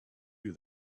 you